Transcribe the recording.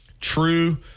true